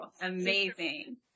Amazing